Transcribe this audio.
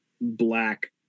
black